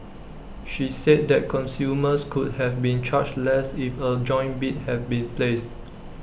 she said that consumers could have been charged less if A joint bid had been placed